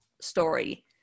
story